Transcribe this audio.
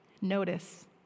Notice